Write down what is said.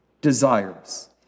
desires